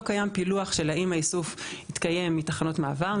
לא קיים פילוח של האם האיסוף התקיים מתחנות מעבר,